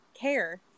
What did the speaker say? care